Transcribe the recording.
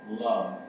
love